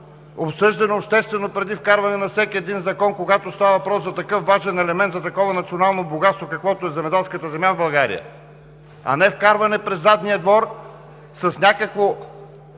обсъждане преди вкарването на всеки един закон, когато става въпрос за такъв важен елемент, за такова национално богатство, каквото е земеделската земя в България, а не вкарване през задния двор с някакво